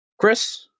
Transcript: Chris